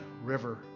river